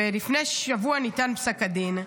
ולפני שבוע ניתן פסק הדין.